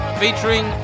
featuring